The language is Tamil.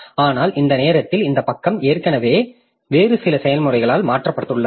ஆனால் இந்த நேரத்தில் இந்த பக்கம் ஏற்கனவே வேறு சில செயல்முறைகளால் மாற்றப்பட்டுள்ளது